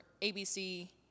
ABC